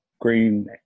green